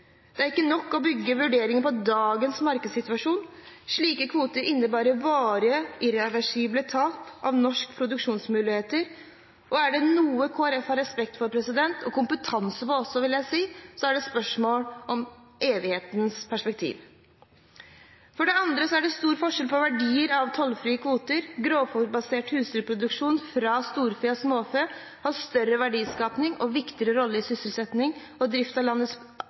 innebærer varige, irreversible tap av norske produksjonsmuligheter, og er det noe Kristelig Folkeparti har respekt for – og kompetanse om også, vil jeg si – så er det spørsmål om evighetens perspektiv. For det andre er det stor forskjell på verdien av tollfrie kvoter. Grovfôrbaserte husdyrprodukter fra storfe og småfe har større verdiskaping og en viktigere rolle i sysselsetting og drift av landets